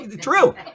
True